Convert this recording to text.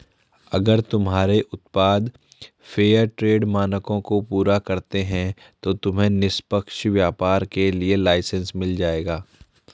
अगर तुम्हारे उत्पाद फेयरट्रेड मानकों को पूरा करता है तो तुम्हें निष्पक्ष व्यापार के लिए लाइसेन्स मिल जाएगा